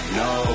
no